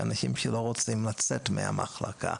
של אנשים שלא רוצים לצאת מהבית.